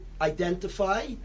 identify